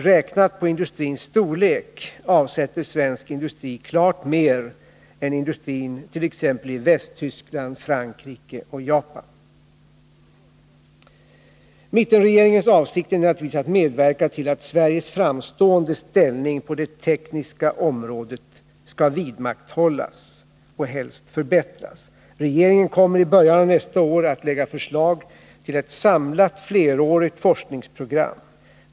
Räknat på industrins storlek avsätter svensk industri klart mer än industrin i t.ex. Västtyskland, Frankrike och Japan. Mittenregeringens avsikt är naturligtvis att medverka till att Sveriges framstående ställning på det tekniska området skall vidmakthållas och helst förbättras. Regeringen kommer i början av nästa år att lägga fram förslag till ett samlat flerårigt forskningsprogram.